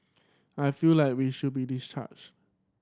I feel like we should be discharged